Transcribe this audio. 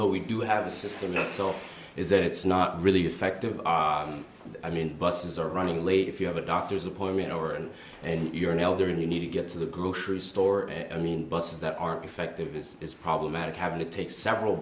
though we do have a system itself is that it's not really effective i mean buses are running late if you have a doctor's appointment or and you're an elder and you need to get to the grocery store and i mean buses that aren't effective is is problematic having to take several